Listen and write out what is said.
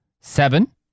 Seven